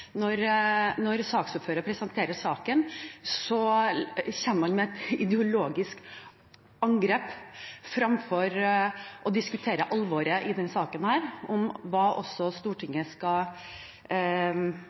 Når saksordføreren presenterer saken, kommer hun med et ideologisk angrep fremfor å diskutere alvoret i denne saken om hva